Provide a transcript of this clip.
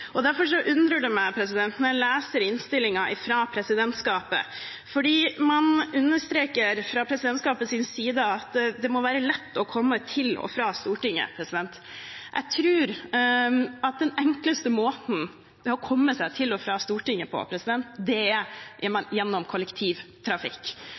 kollektivt. Derfor undrer det meg når jeg leser innstillingen fra presidentskapet, for man understreker fra presidentskapets side at det må være lett å komme til og fra Stortinget. Jeg tror at den enkleste måten å komme seg til og fra Stortinget på er gjennom kollektivtrafikk. Det er